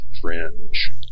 Fringe